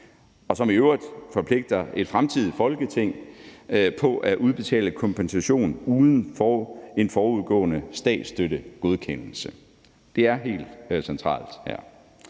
som i øvrigt forpligter et fremtidigt Folketing på at udbetale kompensation uden en forudgående statsstøttegodkendelse. Det er helt centralt her.